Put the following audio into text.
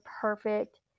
perfect